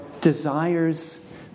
desires